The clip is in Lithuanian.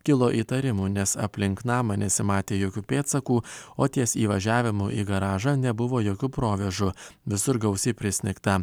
kilo įtarimų nes aplink namą nesimatė jokių pėdsakų o ties įvažiavimu į garažą nebuvo jokių provėžų visur gausiai prisnigta